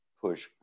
push